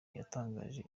yatangaje